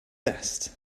best